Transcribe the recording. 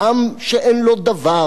עם שאין לו דבר,